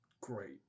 great